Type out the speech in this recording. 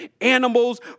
animals